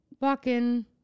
walking